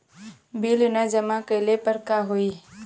Bill न जमा कइले पर का होई?